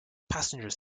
passengers